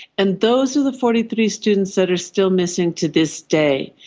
and those were the forty three students that are still missing to this day.